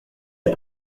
des